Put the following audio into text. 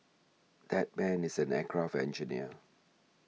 that man is an aircraft engineer